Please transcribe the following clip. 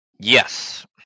Yes